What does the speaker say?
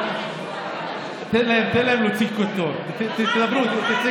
אני אוהב לשמוע אותם, אתה יודע?